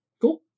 Cool